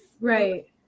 Right